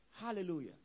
hallelujah